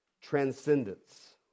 transcendence